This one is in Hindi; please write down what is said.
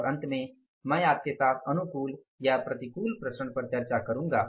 और अंत में मैं आपके साथ अनुकूल या प्रतिकूल विचरण पर चर्चा करूंगा